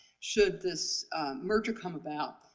should this merger come about,